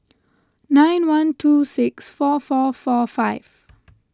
nine one two six four four four five